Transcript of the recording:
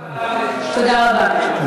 בראש הוועדה עומדת אישה?